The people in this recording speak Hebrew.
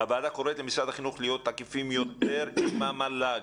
הוועדה קוראת למשרד החינוך להיות תקיפים יותר מול המל"ג.